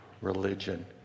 religion